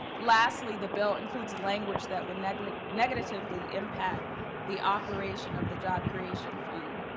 lastly the bill includes language that would negatively negatively impact the operation of the job creation fund.